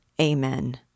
Amen